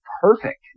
perfect